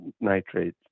nitrate